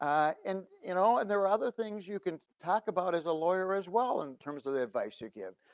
and you know and there are other things you can talk about as a lawyer as well, in terms of the advice you give.